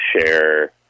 share